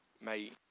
mate